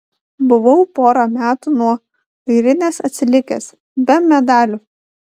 buvau porą metų nuo airinės atsilikęs be medalių